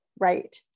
Right